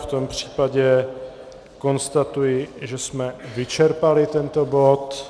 V tom případě konstatuji, že jsme vyčerpali tento bod.